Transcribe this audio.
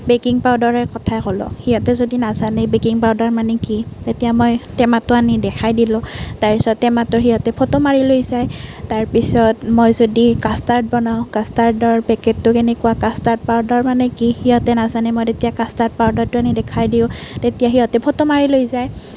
baking পাউদাৰৰ কথাই কলোঁ সিহঁতে যদি নাজানে বেকিং পাউদাৰ মানে কি তেতিয়া মই টেমাটো আনি দেখাই দিলোঁ তাৰ পিছতে টেমাটো সিহঁতে ফটো মাৰি লৈ যায় তাৰ পিছত মই যদি কাষ্টটাৰ্ড বনাওঁ কাষ্টটাৰ্ডৰ পেকেটটো কেনেকুৱা কাষ্টটাৰ্ড পাউদাৰ মানে কি সিহঁতে নাজানে তেতিয়া মই কাষ্টটাৰ্ড পাউদাৰটো আনি দেখাই দিওঁ তেতিয়া সিহঁতে ফটো মাৰি লৈ যায়